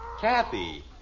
Kathy